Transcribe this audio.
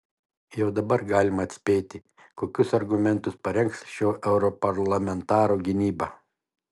jau dabar galima atspėti kokius argumentus parengs šio europarlamentaro gynyba